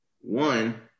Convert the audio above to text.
one